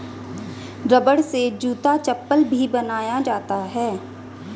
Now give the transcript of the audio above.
रबड़ से जूता चप्पल भी बनाया जाता है